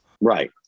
right